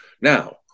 Now